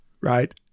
right